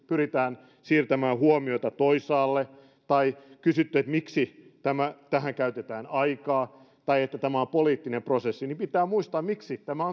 pyritään siirtämään huomiota toisaalle tai kysytty miksi tähän käytetään aikaa tai sanottu että tämä on poliittinen prosessi että pitää muistaa miksi tämä